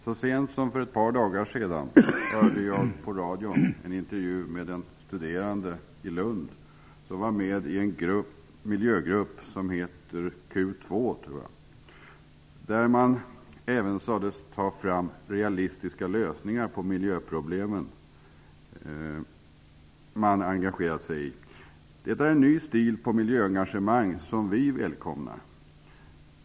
Så sent som för ett par dagar sedan hörde jag på radion en intervju med en studerande i Lund som var med i en miljögrupp som heter Q 2, tror jag. Det sades att man där även tar fram realistiska lösningar på miljöproblemen. Man engagerar sig. Det är en ny stil när det gäller miljöengagemang som vi välkomnar.